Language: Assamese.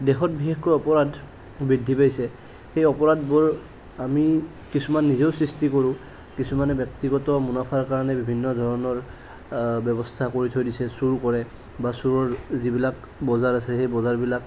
দেশত বিশেষকৈ অপৰাধ বৃদ্ধি পাইছে সেই অপৰাধবোৰ আমি কিছুমান নিজেও সৃষ্টি কৰোঁ কিছুমানে ব্যক্তিগত মুনাফাৰ কাৰণে বিভিন্ন ধৰণৰ ব্যৱস্থা কৰি থৈ দিছে চোৰ কৰে বা চোৰৰ যিবিলাক বজাৰ আছে সেই বজাৰবিলাক